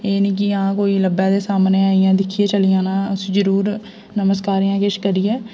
एह् नी कि हां कोई लब्भै ते सामनै इयां दिक्खियै चली जाना उसी जरूर नमस्कार जां किश कड्ढियै